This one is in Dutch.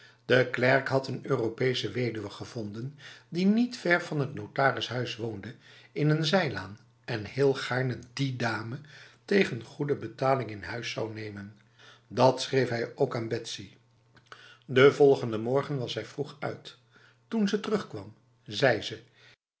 de klerk had een europese weduwe gevonden die niet ver van het notarishuis woonde in een zijlaan en heel gaarne die dame tegen goede betaling in huis zou nemen dat schreef hij ook aan betsy de volgende ochtend was zij vroeg uit toen ze terugkwam zei ze